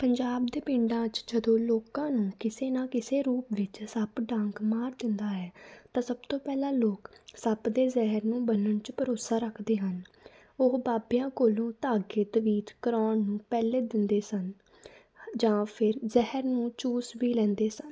ਪੰਜਾਬ ਦੇ ਪਿੰਡਾਂ 'ਚ ਜਦੋਂ ਲੋਕਾਂ ਨੂੰ ਕਿਸੇ ਨਾ ਕਿਸੇ ਰੂਪ ਵਿੱਚ ਸੱਪ ਡੰਗ ਮਾਰ ਦਿੰਦਾ ਹੈ ਤਾਂ ਸਭ ਤੋਂ ਪਹਿਲਾਂ ਲੋਕ ਸੱਪ ਦੇ ਜ਼ਹਿਰ ਨੂੰ ਬੰਨਣ 'ਚ ਭਰੋਸਾ ਰੱਖਦੇ ਹਨ ਉਹ ਬਾਬਿਆਂ ਕੋਲੋਂ ਧਾਗੇ ਤਵੀਤ ਕਰਵਾਉਣ ਨੂੰ ਪਹਿਲ ਦਿੰਦੇ ਸਨ ਜਾਂ ਫਿਰ ਜ਼ਹਿਰ ਨੂੰ ਚੂਸ ਵੀ ਲੈਂਦੇ ਸਨ